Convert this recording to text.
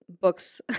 books